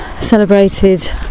celebrated